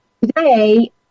Today